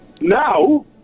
Now